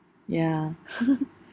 ya